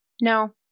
no